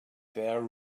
their